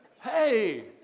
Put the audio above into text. Hey